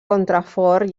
contrafort